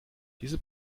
diese